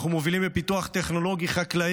אנחנו מובילים בפיתוח טכנולוגי-חקלאי.